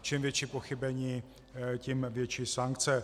Čím větší pochybení, tím větší sankce.